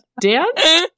Dance